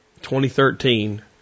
2013